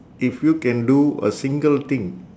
if you can do a single thing